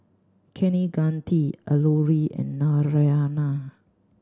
Kaneganti Alluri and Naraina